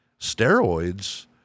steroids